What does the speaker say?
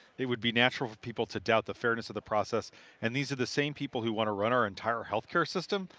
it would be natural people to doubt the fairness of the process and these are the same people that want to run our entire healthcare system?